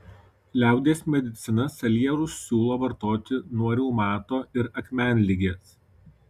liaudies medicina salierus siūlo vartoti nuo reumato ir akmenligės